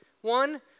one